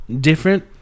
different